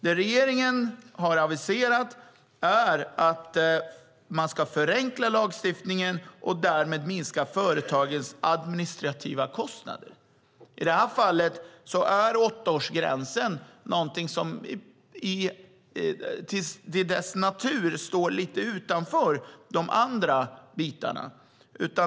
Det regeringen har aviserat är att man ska förenkla lagstiftningen och därmed minska företagens administrativa kostnader. I det här fallet är åttaårsgränsen någonting som till sin natur gör att den står lite utanför de andra bitarna.